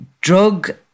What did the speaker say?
drug